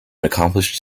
accomplished